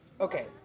Okay